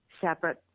separate